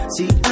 See